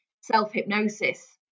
self-hypnosis